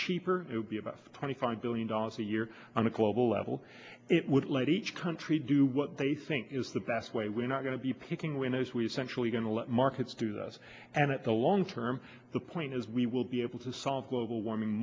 cheaper it would be about twenty five billion dollars a year on a global level it would let each country do what they think is the best way we're not going to be picking winners we've centrally going to let markets do this and at the long term the point is we will be able to solve global warming